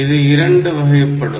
இது இரண்டு வகைப்படும்